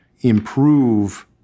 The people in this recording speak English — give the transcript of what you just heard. improve